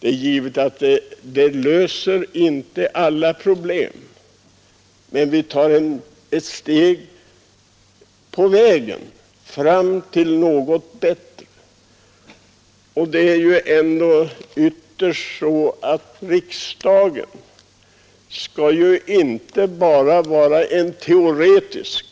Det löser inte alla problem, men vi skulle därmed ta ett steg på vägen mot något bättre. Riksdagen skall ju inte bara vara en teoretisk